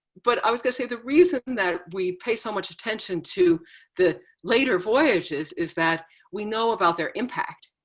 but i was going to say the reason that we pay so much attention to the later voyages is that we know about their impact,